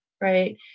right